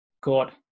God